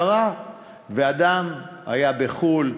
קרה ואדם היה בחו"ל,